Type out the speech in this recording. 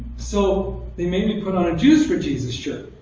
so they made me put on a jews for jesus shirt.